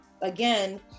again